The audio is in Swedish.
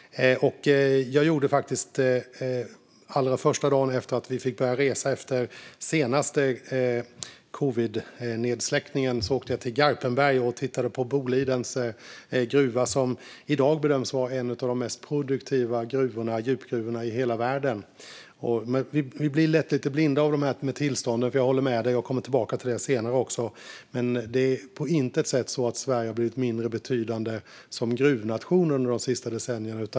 Allra första dagen som vi fick börja resa efter senaste covidnedsläckningen åkte jag till Garpenberg och tittade på Bolidens gruva. Den bedöms i dag vara en av de mest produktiva djupgruvorna i hela världen. Jag håller med om att vi lätt blir lite blinda i frågan om tillstånden - jag kommer tillbaka till den frågan senare - men det är på intet sätt så att Sverige har blivit mindre betydande som gruvnation de senaste decennierna.